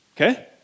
Okay